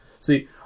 See